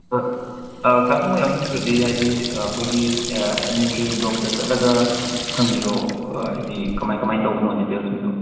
ꯑꯥ ꯑꯥ ꯀ꯭ꯂꯥꯁꯀꯨꯝꯕ ꯌꯥꯎꯅꯤꯡꯉꯒꯗꯤ ꯍꯥꯏꯗꯤ ꯑꯩꯈꯣꯏꯒꯤ ꯑꯦꯗꯃꯤꯅꯤꯁꯇ꯭ꯔꯦꯁꯟ ꯕꯥꯂꯣꯛꯇ ꯆꯠꯂꯒ ꯍꯪꯕꯤꯔꯣ ꯍꯥꯏꯗꯤ ꯀꯃꯥꯏ ꯀꯃꯥꯏ ꯇꯧꯕꯅꯣ ꯗꯤꯇꯦꯜꯁꯁꯤꯡꯗꯣ